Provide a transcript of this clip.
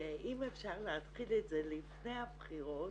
ואם אפשר להתחיל את זה לפני הבחירות